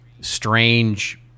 strange